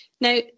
Now